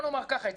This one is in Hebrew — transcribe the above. יש